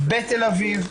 בתל אביב,